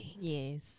Yes